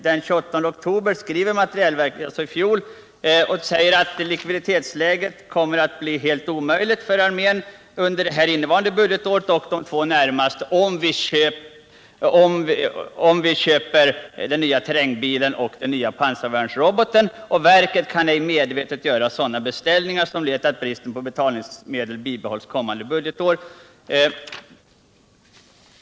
Den 28 oktober i fjol skriver materielverket att likviditetsläget kommer att bli helt omöjligt för armén under innevarande budgetår och det två närmaste budgetåren, om vi köper den nya terrängbilen och den nya pansarvärnsroboten, och att verket inte medvetet kan göra sådana beställningar som leder till att bristen på betalningsmedel bibehålls kommande budgetår.